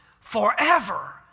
forever